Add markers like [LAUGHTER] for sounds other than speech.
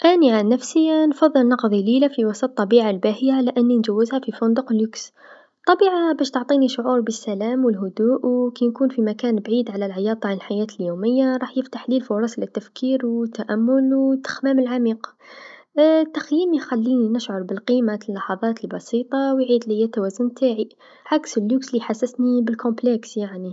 أنا عن نفسي نفضل نقضي ليلة وسط الطبيعه الباهيا على أني نجوزها في فندق فخم، الطبيعه باش تعطيني الشعور بالسلام و الهدوء و كنكون في مكان يعيد على العياط نتع الحياة اليوميه راح يفتحلي الفرص للتفكير و التأمل و التخمام العميق [HESITATION] التخييم يخليني نشعر بالقيمة لحظات البسيطه و يعيدليا التوازن نتاعي، عكس الفخامه لتحسسني بالعقده يعني.